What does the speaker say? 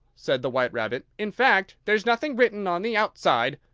said the white rabbit in fact, there's nothing written on the outside.